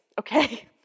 Okay